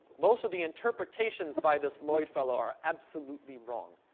most of the interpretations by this lloyd fellow are absolutely wrong,